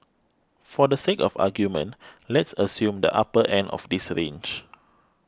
for the sake of argument let's assume the upper end of this range